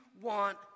want